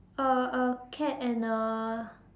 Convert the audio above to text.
a a cat and a